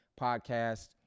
podcast